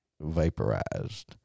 vaporized